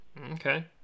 Okay